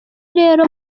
rero